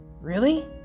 Really